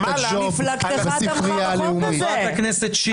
אתה לא מעודכן.